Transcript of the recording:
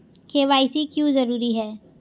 KYC क्यों जरूरी है?